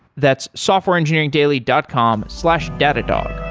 that's softwareengineeringdaily dot com slash datadog